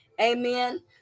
amen